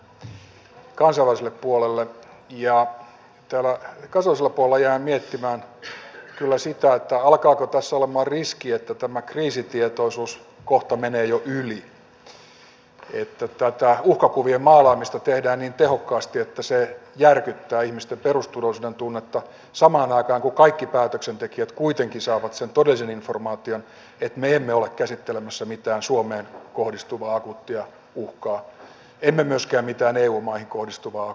täällä kansainvälisellä puolella jäin kyllä miettimään sitä että alkaako tässä olemaan riski että tämä kriisitietoisuus kohta menee jo yli että tätä uhkakuvien maalaamista tehdään niin tehokkaasti että se järkyttää ihmisten perusturvallisuuden tunnetta samaan aikaan kun kaikki päätöksentekijät kuitenkin saavat sen todellisen informaation että me emme ole käsittelemässä mitään suomeen kohdistuvaa akuuttia uhkaa emme myöskään mitään eu maihin kohdistuvaa akuuttia uhkaa